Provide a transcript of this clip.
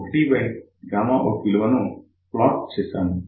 1out విలువను plot చేశాము